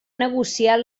negociar